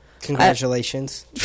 Congratulations